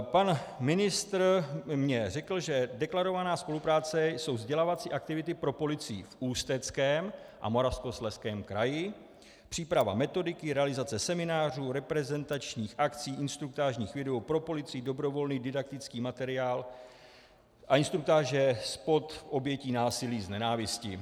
Pan ministr mně řekl, že deklarovaná spolupráce jsou vzdělávání aktivity pro policii v Ústeckém a Moravskoslezském kraji, příprava metodiky, realizace seminářů, reprezentačních akcí, instruktážních videí pro policii, dobrovolný didaktický materiál a instruktáže SPOD oběti násilí z nenávisti.